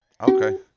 Okay